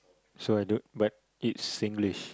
so I don't but it's Singlish